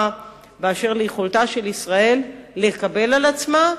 באשר ליכולתה של ישראל לקבל על עצמה,